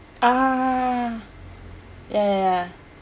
ah ya ya ya